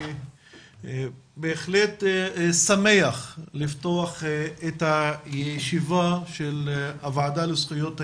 אני שמח לפתוח את הישיבה של הוועדה לזכויות הילד,